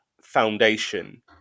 foundation